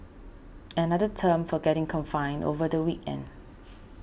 another term for getting confined over the weekend